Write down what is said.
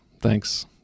thanks